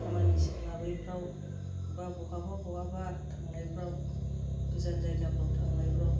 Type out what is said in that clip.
खामानि सोलाबैफ्राव बा बहाबा बहाबा थांनायफ्राव गोजान जायगाफ्राव थांनायफ्राव